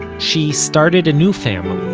she started a new family.